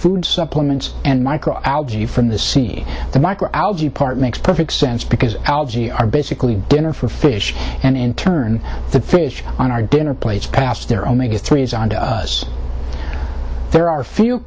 food supplements and micro algae from the sea the micro algae part makes perfect sense because algae are basically dinner for fish and in turn the fish on our dinner plates pass their omega three s there are few